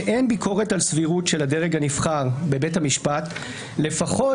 שאין ביקורת על סבירות של הדרג הנבחר בבית המשפט לפחות